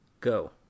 Go